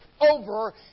over